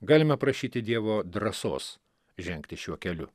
galime prašyti dievo drąsos žengti šiuo keliu